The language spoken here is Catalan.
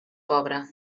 pobre